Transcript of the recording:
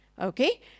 Okay